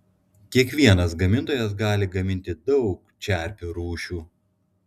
kiekvienas gamintojas gali gaminti daug čerpių rūšių